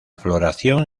floración